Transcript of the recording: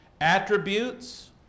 attributes